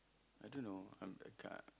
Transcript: I don't know I'm the kind